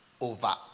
over